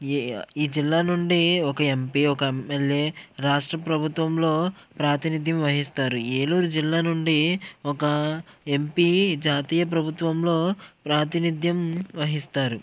ఈ జిల్లా నుండి ఒక ఎంపీ ఒక ఎమ్ఎల్ఏ రాష్ట్ర ప్రభుత్వంలో ప్రాతినిధ్యం వహిస్తారు ఏలూరు జిల్లా నుండి ఒక ఎంపీ జాతీయ ప్రభుత్వంలో ప్రాతినిధ్యం వహిస్తారు